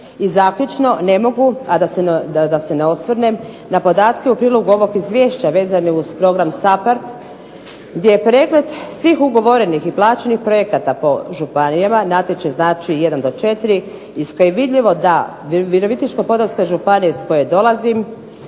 I zaključno, ne mogu a da se ne osvrnem na podatke u prilogu ovog izvješća vezane uz program SAPHARD gdje je pregled svih ugovorenih i plaćenih projekta po županijama natječaj znači jedan do četiri iz kojeg je vidljivo da Virovitičko-podravske županije iz koje dolazim